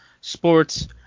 Sports